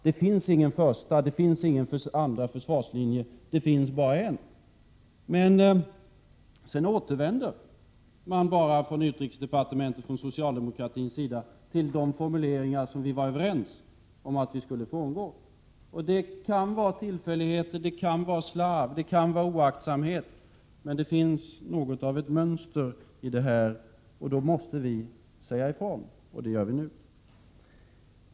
Det finns ingen första eller andra försvarslinje, utan det finns bara en. Men sedan återvänder man bara, från utrikesdepartementets och socialdemokratins sida, till de formuleringar som vi var överens om att vi skulle frångå. Det kan handla om tillfälligheter eller slarv och oaktsamhet. Men det finns något av ett mönster i detta, och då måste vi säga ifrån, och det gör vi nu.